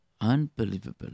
unbelievable